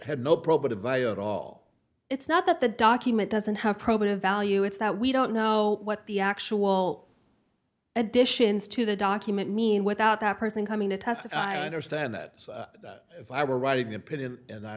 had no probative value at all it's not that the document doesn't have probative value it's that we don't know what the actual additions to the document mean without that person coming to testify understand that if i were writing opinion and i